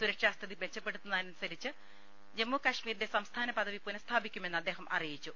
സുരക്ഷാസ്ഥിതി മെച്ചപ്പെടുന്നതനുസരിച്ച് ജമ്മു കാശ്മീരിന്റെ സംസ്ഥാനപദവി പുനഃസ്ഥാപിക്കുമെന്ന് അദ്ദേഹം അറിയിച്ചു